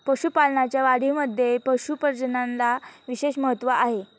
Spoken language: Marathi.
पशुपालनाच्या वाढीमध्ये पशु प्रजननाला विशेष महत्त्व आहे